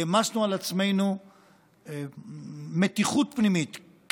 העמסנו על עצמנו מתיחות פנימית,